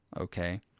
okay